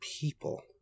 people